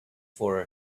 for